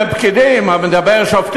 ראשי ערים הם פקידים, אני מדבר על שופטים.